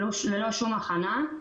ללא שום הכנה.